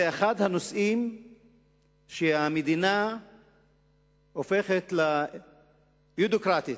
זה אחד הנושאים שהמדינה הופכת ל"יודוקרטית",